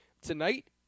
Tonight